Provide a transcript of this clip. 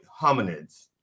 hominids